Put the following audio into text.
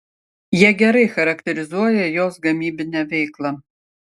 jie gerai charakterizuoja jos gamybinę veiklą